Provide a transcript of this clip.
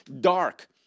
dark